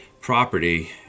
property